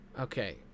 Okay